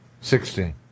sixteen